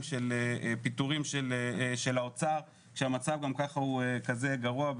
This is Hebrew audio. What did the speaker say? של פיטורים של האוצר כשהמצב גם ככה הוא כזה גרוע,